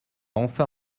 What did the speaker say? enfin